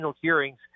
hearings